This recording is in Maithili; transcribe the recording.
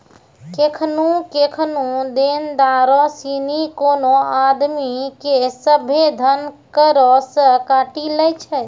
केखनु केखनु देनदारो सिनी कोनो आदमी के सभ्भे धन करो से काटी लै छै